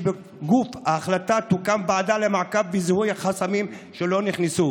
ובגוף ההחלטה תוקם ועדה למעקב ולזיהוי החסמים שלא נכנסו.